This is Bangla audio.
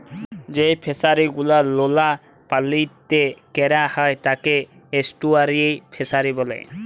যেই ফিশারি গুলো লোলা পালিতে ক্যরা হ্যয় তাকে এস্টুয়ারই ফিসারী ব্যলে